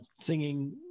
singing